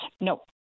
No